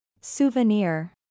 Souvenir